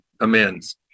amends